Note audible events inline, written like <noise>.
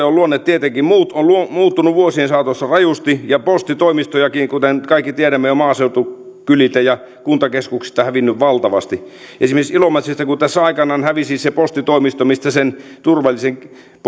<unintelligible> on tietenkin muuttunut vuosien saatossa rajusti ja postitoimistojakin kuten kaikki tiedämme on maaseutukyliltä ja kuntakeskuksista hävinnyt valtavasti esimerkiksi ilomantsista kun tässä aikanaan hävisi se postitoimisto mistä sen turvallisen